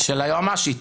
של היועמ"שית.